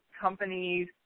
companies